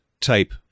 type